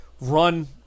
run